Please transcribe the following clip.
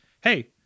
hey